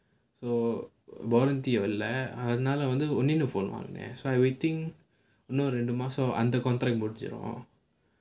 so volunteer இல்ல அதுனால இன்னொரு:illa adhunaala innoru phone வாங்குனேன்:vaangunaen under contract முடிஞ்சிரும்:mudinchchirum